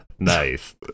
nice